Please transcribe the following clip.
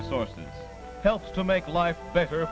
resources helps to make life better